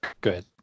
good